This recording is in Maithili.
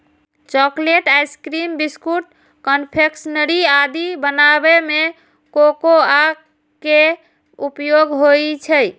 चॉकलेट, आइसक्रीम, बिस्कुट, कन्फेक्शनरी आदि बनाबै मे कोकोआ के उपयोग होइ छै